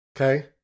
okay